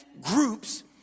groups